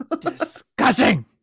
Disgusting